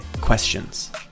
questions